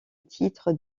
titre